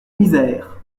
misère